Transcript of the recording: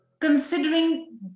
considering